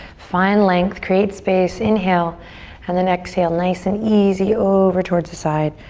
find length, create space, inhale and then exhale nice and easy over towards the side.